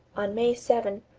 on may seven,